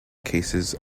cases